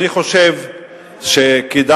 אני חושב שכדאי,